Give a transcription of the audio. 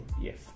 Yes